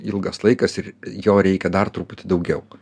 ilgas laikas ir jo reikia dar truputį daugiau